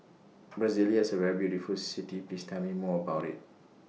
Brasilia IS A very beautiful City Please Tell Me More about IT